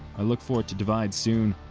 i look forward to divide soon.